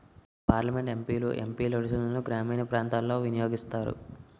parliament MP లు MP లాడ్సును గ్రామీణ ప్రాంతాలలో వినియోగిస్తారు